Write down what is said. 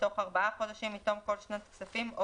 בתוך ארבעה חודשים מתום כל שנת כספים או